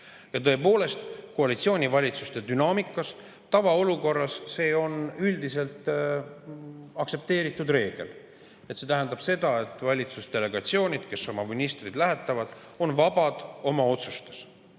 juhinduda. Tõepoolest, koalitsioonivalitsuste dünaamikas on see tavaolukorras üldiselt aktsepteeritud reegel. See tähendab seda, et valitsusdelegatsioonid, kes oma ministreid lähetavad, on oma otsustes